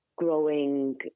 growing